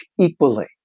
equally